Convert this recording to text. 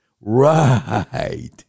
Right